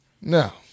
now